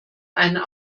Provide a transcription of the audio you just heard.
einen